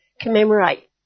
commemorate